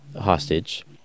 hostage